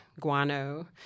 guano